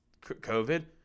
COVID